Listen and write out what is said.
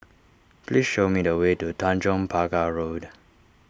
please show me the way to Tanjong Pagar Road